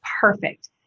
perfect